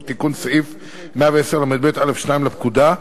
לחוק המשטרה וכן תיקון סעיף 110לב(א)(2) לפקודה,